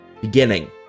beginning